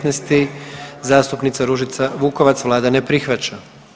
15., zastupnica Ružica Vukovac, Vlada ne prihvaća.